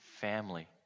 family